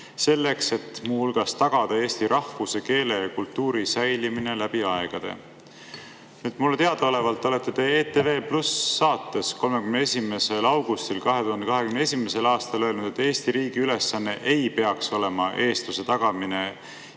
selleks, et muu hulgas tagada eesti rahvuse, keele ja kultuuri säilimine läbi aegade. Mulle teadaolevalt olete te ETV+ saates 31. augustil 2021. aastal öelnud, et Eesti riigi ülesanne ei peaks olema eestluse tagamine